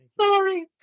Sorry